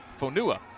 Fonua